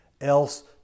else